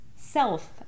self